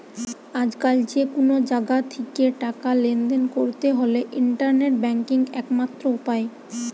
আজকাল যে কুনো জাগা থিকে টাকা লেনদেন কোরতে হলে ইন্টারনেট ব্যাংকিং একমাত্র উপায়